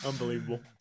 Unbelievable